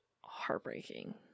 heartbreaking